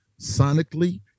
sonically